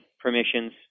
permissions